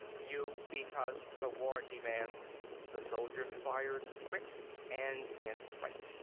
you because the war demands the soldiers fired, quick and in fright.